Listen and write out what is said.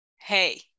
Hey